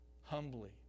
humbly